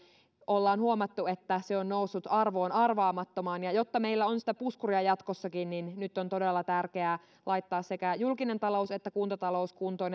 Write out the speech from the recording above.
ollaan huomattu että se on noussut arvoon arvaamattomaan ja jotta meillä on sitä puskuria jatkossakin niin nyt on todella tärkeää laittaa sekä julkinen talous että kuntatalous kuntoon